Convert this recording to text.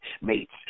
Mates